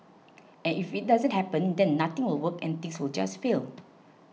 and if it doesn't happen then nothing will work and things will just fail